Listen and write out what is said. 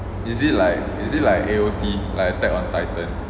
is it like is it like A_O_D like attack on titan